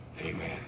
Amen